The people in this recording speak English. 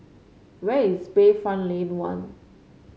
where is Bayfront Lane One